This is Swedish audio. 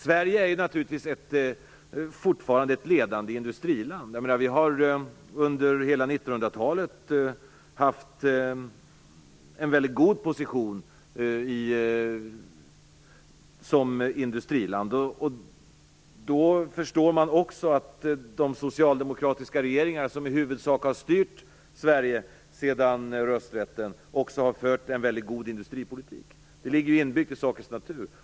Sverige är naturligtvis fortfarande ett ledande industriland. Vi har under hela 1900-talet haft en väldigt god position som industriland. Då förstår man också att de socialdemokratiska regeringar som i huvudsak har styrt Sverige sedan rösträtten har fört en väldigt god industripolitik. Det ligger i sakens natur.